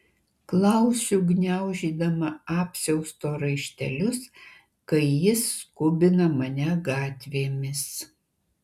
klausiu gniaužydama apsiausto raištelius kai jis skubina mane gatvėmis